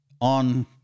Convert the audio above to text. On